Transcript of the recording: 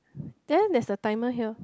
then there's a timer here